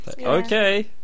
Okay